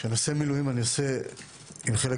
כשאני עושה מילואים אני עושה עם חלק